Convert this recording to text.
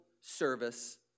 service